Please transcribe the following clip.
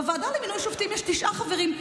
בוועדה לבחירת שופטים יש תשעה חברים.